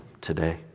today